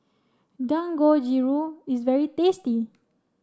Dangojiru is very tasty